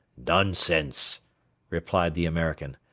nonsense! replied the american,